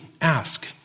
ask